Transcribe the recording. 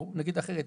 או נגיד אחרת,